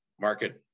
market